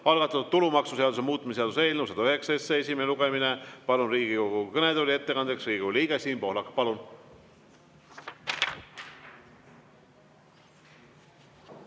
algatatud tulumaksuseaduse muutmise seaduse eelnõu 109 esimene lugemine. Palun Riigikogu kõnetooli ettekandeks Riigikogu liikme Siim Pohlaku. Palun!